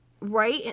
right